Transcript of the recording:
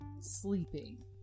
sleeping